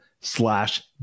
slash